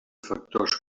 factors